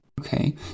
Okay